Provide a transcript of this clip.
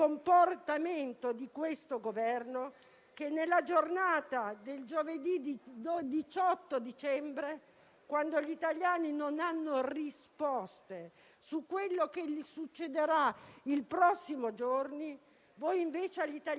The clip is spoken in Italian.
principale per l'emanazione di questo decreto, quindi la necessità e l'urgenza, fosse il ripristino dei principi costituzionali che erano stati violati sistematicamente,